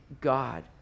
God